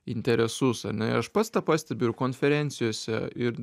interesus ar ne ir aš pats tą pastebiu ir konferencijose ir